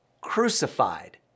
crucified